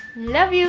love you!